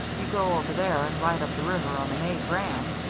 you go over there and ride up the river on the may graham,